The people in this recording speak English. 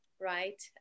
right